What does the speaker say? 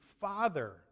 Father